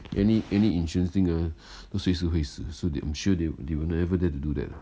any any insurance thing ah 都随时会死 so I I'm sure they they will never dare to do that uh